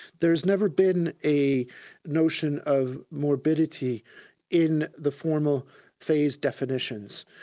there has never been a notion of morbidity in the formal phase definitions.